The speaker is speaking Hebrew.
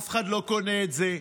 אף אחד לא קונה את זה.